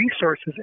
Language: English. resources